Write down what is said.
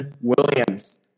Williams